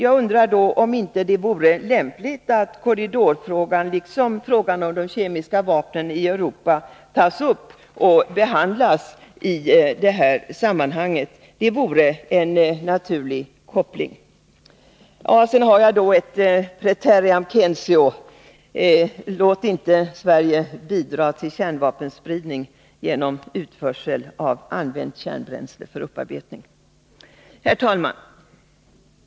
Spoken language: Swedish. Jag undrar om det inte vore lämpligt att korridorfrågan, liksom frågan om de kemiska vapnen i Europa, tas upp och behandlas i det här sammanhanget. Det vore en naturlig koppling. Sedan har jag ett praeterea censeo: Låt inte Sverige bidra till kärnvapenspridning genom utförsel av använt kärnbränsle för upparbetning! Herr talman!